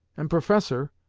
and, professor,